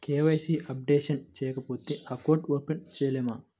KYC updation చేయకపోతే account open చేయలేమా?